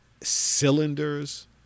cylinders